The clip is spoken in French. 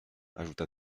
ajouta